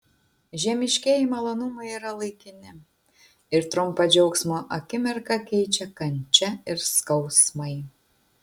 žemiškieji malonumai yra laikini ir trumpą džiaugsmo akimirką keičia kančia ir skausmai